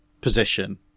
position